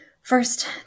First